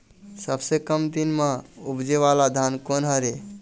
सबसे कम दिन म उपजे वाला धान कोन हर ये?